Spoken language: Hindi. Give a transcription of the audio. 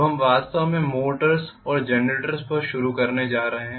अब हम वास्तव में मोटर्स और जनरेटर्स पर शुरू करने जा रहे हैं